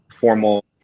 formal